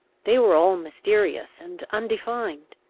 they were all mysterious and undefined.